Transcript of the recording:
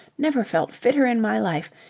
never felt fitter in my life.